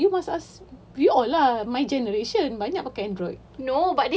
no lah you must ask we all lah my generation banyak pakai android